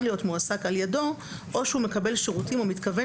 להיות מועסק על ידו או שהוא מקבל שירותים או מתכוון